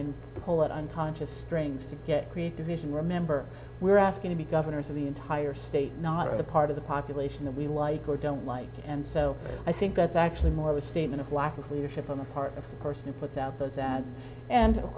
and call it unconscious strings to get create division remember we're asking to be governors of the entire state not of the part of the population that we like or don't like and so i think that's actually more of a statement of lack of leadership on the part of a person who puts out those ads and of